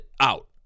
out